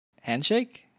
Handshake